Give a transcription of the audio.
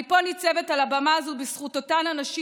אני ניצבת פה על הבמה הזאת בזכות אותן נשים